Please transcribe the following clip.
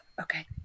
okay